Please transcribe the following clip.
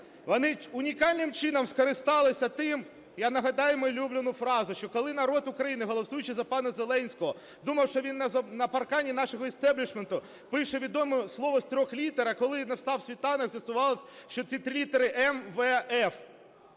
Вони унікальним чином скористалися тим… Я нагадаю, мою улюблену фразу, що коли народ України, голосуючи за пана Зеленського думав, що він на паркані істеблішменту пише відоме слово з трьох літер, а коли настав світанок, з'ясувалося, що ці три літери – МВФ.